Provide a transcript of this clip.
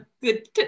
good